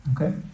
Okay